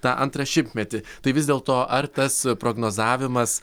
tą antrą šimtmetį tai vis dėlto ar tas prognozavimas